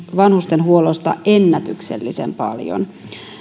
vanhustenhuollosta ennätyksellisen paljon